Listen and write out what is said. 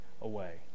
away